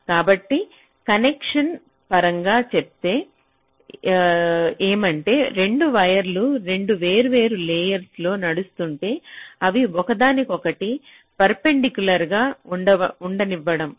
కాబట్టి కన్వెన్షన్ పరంగా చెప్పేది ఏమంటే 2 వైర్లు 2 వేర్వేరు లేయర్ లో నడుస్తుంటే అవి ఒకదానికొకటి పర్పెండికులర్ గా ఉండనివ్వండి